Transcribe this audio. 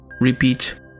Repeat